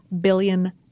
billion